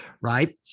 Right